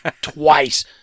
Twice